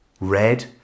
red